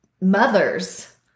mothers